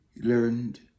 learned